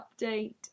update